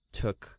took